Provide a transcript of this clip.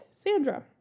Sandra